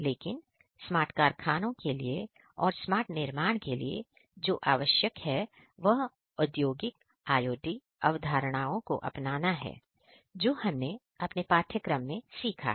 लेकिन स्मार्ट कारखानों के लिए और स्मार्ट निर्माण के लिए जो आवश्यक है वह औद्योगिक IOT अवधारणाओं को अपनाना है जो हमने अपने पाठ्यक्रम में सीखा है